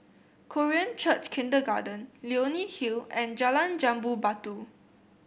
Korean Church Kindergarten Leonie Hill and Jalan Jambu Batu